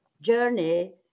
journey